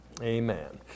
Amen